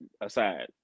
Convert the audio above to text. aside